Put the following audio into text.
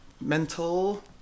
mental